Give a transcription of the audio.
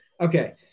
okay